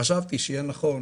חשבתי שיהיה נכון